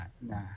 nah